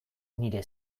nire